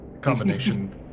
combination